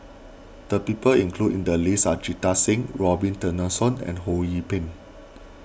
the people included in the list are Jita Singh Robin Tessensohn and Ho Yee Ping